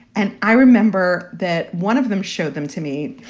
and i remember that one of them showed them to me.